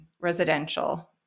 residential